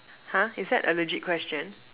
!huh! is that a legit question